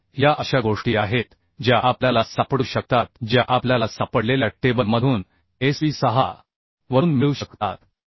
तर या अशा गोष्टी आहेत ज्या आपल्याला सापडू शकतात ज्या आपल्याला सापडलेल्या टेबलमधून SP6 वरून मिळू शकतात